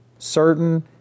certain